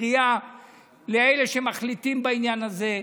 בקריאה לאלה שמחליטים בעניין הזה,